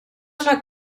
una